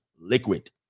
liquid